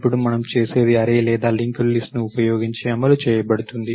ఇప్పుడు మనం చేసేది అర్రే లేదా లింక్ లిస్ట్ ను ఉపయోగించి అమలు చేయబడుతుంది